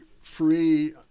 free